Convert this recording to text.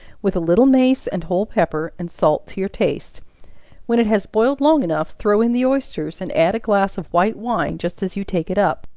with a little mace and whole pepper, and salt to your taste when it has boiled long enough, throw in the oysters, and add a glass of white wine, just as you take it up.